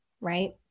right